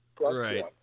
Right